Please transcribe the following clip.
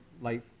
life